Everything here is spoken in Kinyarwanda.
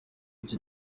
cye